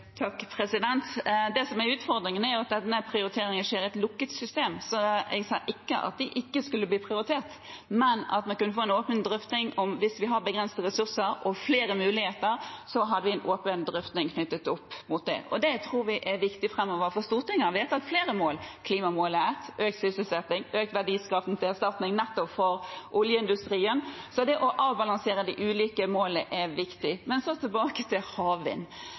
Det som er utfordringen, er at denne prioriteringen skjer i et lukket system. Jeg sa ikke at de ikke skulle bli prioritert, men at man kunne få en åpen drøfting, at vi hvis vi har begrensede ressurser og flere muligheter, har en åpen drøfting knyttet opp mot det. Det tror vi er viktig framover, for Stortinget har vedtatt flere mål – klimamålet er ett, økt sysselsetting, økt verdiskaping til erstatning for nettopp oljeindustrien – så det å avbalansere de ulike målene er viktig. Tilbake til havvind: